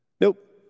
Nope